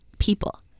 People